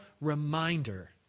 reminder